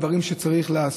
דברים שצריך לעשות.